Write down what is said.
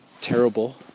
terrible